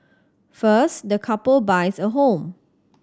first the couple buys a home